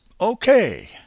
okay